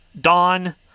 Dawn